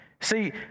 See